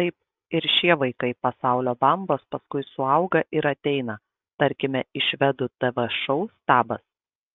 taip ir šie vaikai pasaulio bambos paskui suauga ir ateina tarkime į švedų tv šou stabas